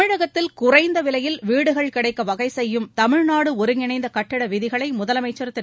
தமிழகத்தில் குறைந்த விலையில் வீடுகள் கிடைக்க வகைசெய்யும் தமிழ்நாடு ஒருங்கிணைந்த கட்டட விதிகளை முதலமைச்சர் திரு